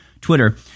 Twitter